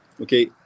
okay